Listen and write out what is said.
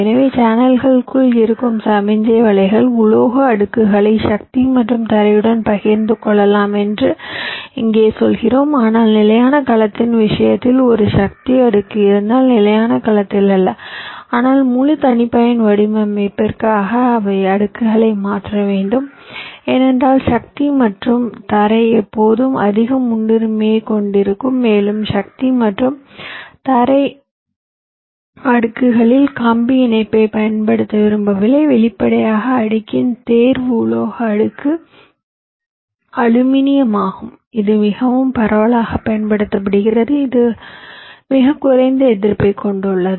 எனவே சேனல்களுக்குள் இருக்கும் இந்த சமிக்ஞை வலைகள் உலோக அடுக்குகளை சக்தி மற்றும் தரையுடன் பகிர்ந்து கொள்ளலாம் என்று இங்கே சொல்கிறோம் ஆனால் நிலையான கலத்தின் விஷயத்தில் ஒரு சக்தி அடுக்கு இருந்தால் நிலையான கலத்தில் அல்ல ஆனால் முழு தனிப்பயன் வடிவமைப்பிற்காக அவை அடுக்குகளை மாற்ற வேண்டும் ஏனென்றால் சக்தி மற்றும் தரை எப்போதும் அதிக முன்னுரிமையைக் கொண்டிருக்கும் மேலும் சக்தி மற்றும் தரை அடுக்குகளில் கம்பி இணைப்பைப் பயன்படுத்த விரும்பவில்லை வெளிப்படையாக அடுக்கின் தேர்வு உலோக அடுக்கு அலுமினியம் ஆகும் இது மிகவும் பரவலாகப் பயன்படுத்தப்படுகிறது இது மிகக் குறைந்த எதிர்ப்பைக் கொண்டுள்ளது